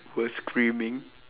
were screaming